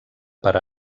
per